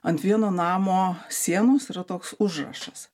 ant vieno namo sienos yra toks užrašas